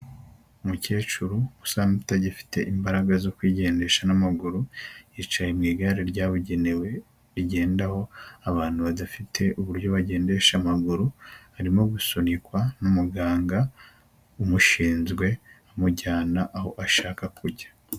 Umukecuru usanzwe utagifite imbaraga zo kwigendesha n'amaguru, yicaye mu igare ryabugenewe rigendaho abantu badafite uburyo bagendesha amaguru, arimo gusunikwa n'umuganga umushinzwe amujyana aho ashaka kujya.